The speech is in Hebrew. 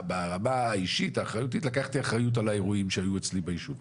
ברמה האישית לקחתי אחריות על האירועים שהיו אצלי בישוב.